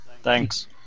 Thanks